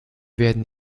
werden